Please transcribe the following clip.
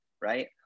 right